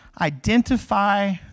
Identify